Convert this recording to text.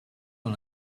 con